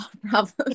problems